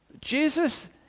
Jesus